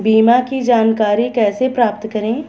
बीमा की जानकारी प्राप्त कैसे करें?